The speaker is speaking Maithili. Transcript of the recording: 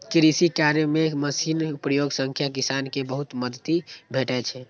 कृषि कार्य मे मशीनक प्रयोग सं किसान कें बहुत मदति भेटै छै